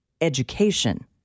education